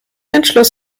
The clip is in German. entschloss